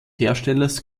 herstellers